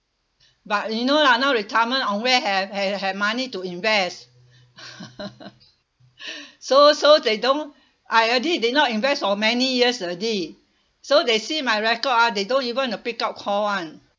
but you know lah now retirement on where have ha~ have money to invest so so they don't I already did not invest for many years already so they see my record ah they don't even want to pick up call [one]